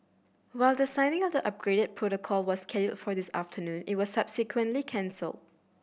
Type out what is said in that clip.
while the signing of the upgraded protocol was scheduled for this afternoon it was subsequently cancelled